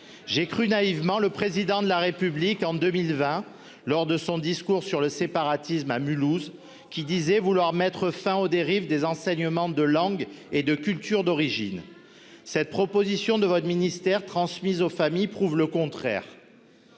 J'avais cru naïvement le Président de la République en 2020, qui avait dit lors de son discours sur le séparatisme à Mulhouse vouloir mettre fin aux dérives des enseignements de langue et de culture d'origine, les Elco. Or cette proposition de votre ministère, transmise aux familles, prouve que tel